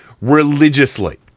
religiously